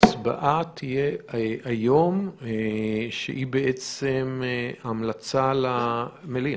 ההצבעה תהיה היום, והיא בעצם המלצה למליאה.